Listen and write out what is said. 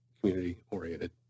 community-oriented